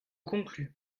conclus